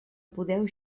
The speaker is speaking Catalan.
podeu